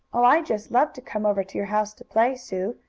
oh, i just love to come over to your house to play, sue!